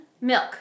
Milk